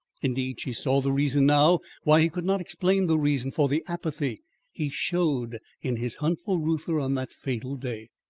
indeed, she saw the reason now why he could not explain the reason for the apathy he showed in his hunt for reuther on that fatal day,